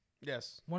Yes